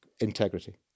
integrity